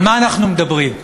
על מה אנחנו מדברים?